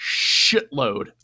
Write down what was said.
shitload